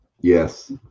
Yes